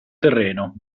terreno